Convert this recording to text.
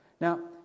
Now